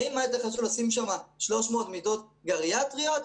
האם חשוב לשים שם 300 מיטות גריאטריות?